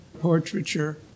portraiture